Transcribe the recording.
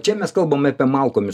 čia mes kalbame apie malkomis